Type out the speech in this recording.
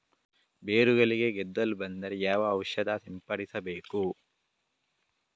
ಬೇರುಗಳಿಗೆ ಗೆದ್ದಲು ಬಂದರೆ ಯಾವ ಔಷಧ ಸಿಂಪಡಿಸಬೇಕು?